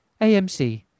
AMC